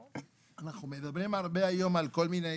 אנחנו מדברים הרבה היום על כל מיני